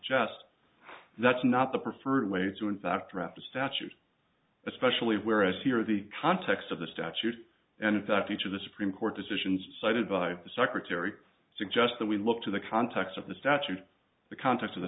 est that's not the preferred way to in fact draft a statute especially where as here the context of the statute and in fact each of the supreme court decisions cited by the secretary suggests that we look to the context of the statute the context of the